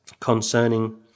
concerning